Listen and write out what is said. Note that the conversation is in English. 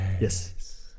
Yes